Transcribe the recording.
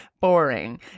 boring